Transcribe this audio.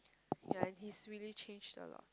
ya he's really changed a lot